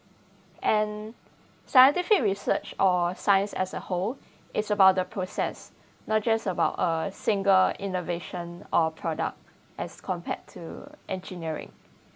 and scientific research or science as a whole is about the process not just about a single innovation or product as compared to engineering